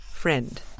Friend